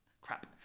Crap